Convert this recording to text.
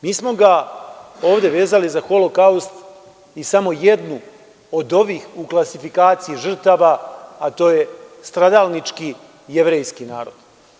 Mi smo ga ovde vezali za Holokaust i samo jednu od ovih u klasifikaciji žrtava, a to je stradalnički jevrejski narod.